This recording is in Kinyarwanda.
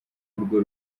urwo